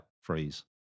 freeze